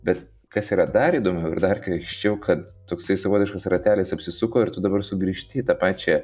bet kas yra dar įdomiau ir dar keisčiau kad toksai savotiškas ratelis apsisuko ir tu dabar sugrįžti į tą pačią